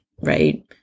right